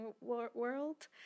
world